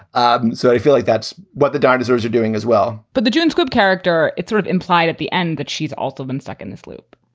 and so i feel like that's what the dinosaurs are doing as well but the jeunes good character is sort of implied at the end that she's also been stuck in this loop.